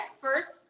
first